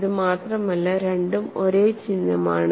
ഇത് മാത്രമല്ല രണ്ടും ഒരേ ചിഹ്നമാണ്